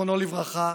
זכרונו לברכה,